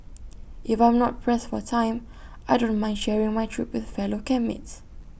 if I'm not pressed for time I don't mind sharing my trip with fellow camp mates